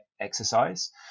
exercise